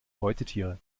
beutetiere